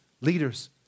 leaders